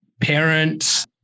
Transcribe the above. parents